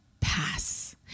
pass